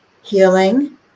healing